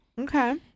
Okay